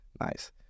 Nice